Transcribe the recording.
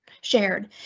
shared